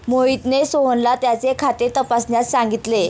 मोहितने सोहनला त्याचे खाते तपासण्यास सांगितले